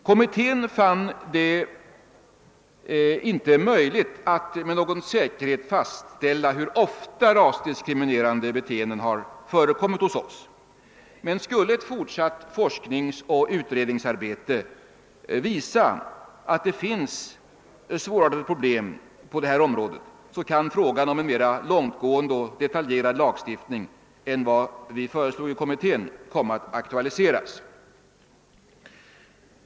Kommittén fann det inte vara möjligt att med någon säkerhet fastställa hur ofta rasdiskriminerande beteenden förekommit hos oss, men skulle ett fortsatt forskningsoch utredningsarbete visa att det finns svårartade problem på detta område, kan frågan om en mera långtgående och detaljerad lagstiftning än vad vi föreslog i kommittén komma att aktualiseras.